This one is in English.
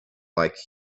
like